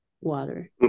water